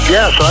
Yes